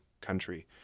country